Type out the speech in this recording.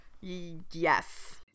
Yes